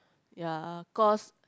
ya cause